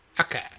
Okay